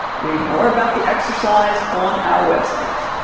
read more about the exercise on our website.